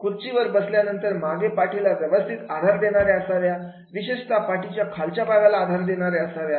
खुर्चीवर बसल्या नंतर मागे पाटीला व्यवस्थित आधार देणाऱ्या असाव्या विशेषता पाठीच्या खालच्या भागाला आधार देणाऱ्या असाव्या